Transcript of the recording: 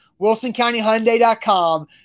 WilsonCountyHyundai.com